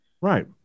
Right